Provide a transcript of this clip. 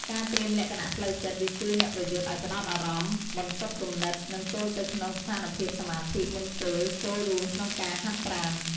ការត្រៀមលក្ខណៈផ្លូវចិត្ត វាជួយអ្នកប្រយុទ្ធឱ្យផ្តោតអារម្មណ៍ បន្សុទ្ធគំនិត និងចូលទៅក្នុងស្ថានភាពសមាធិមុនពេលចូលរួមក្នុងការហាត់ប្រាណ។